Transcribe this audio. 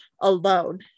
alone